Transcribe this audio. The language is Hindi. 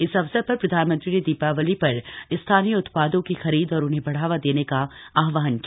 इस अवसर पर प्रधानमंत्री ने दिवाली पर स्थानीय उत्पादों की खरीद और उन्हें बढ़ावा देने का आहवान किया